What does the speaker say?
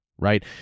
right